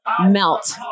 melt